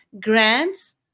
grants